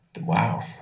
Wow